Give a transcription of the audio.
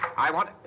i want.